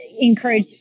encourage